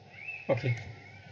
okay